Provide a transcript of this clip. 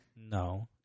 No